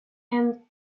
and